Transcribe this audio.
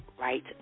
right